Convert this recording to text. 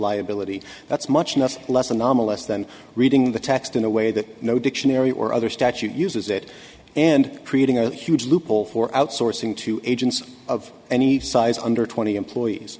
liability that's much nothing less anomalous than reading the text in a way that no dictionary or other statute uses it and creating a huge loophole for outsourcing to agents of any size under twenty employees